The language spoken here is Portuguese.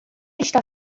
está